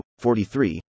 43